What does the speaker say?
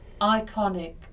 iconic